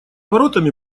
воротами